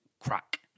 crack